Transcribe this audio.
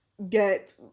get